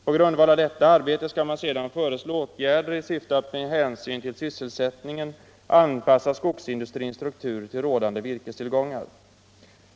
På grundval av detta arbete skall man sedan föreslå åtgärder i syfte att med hänsyn till sysselsättningen anpassa skogsindustrins struktur till rådande virkestillgångar.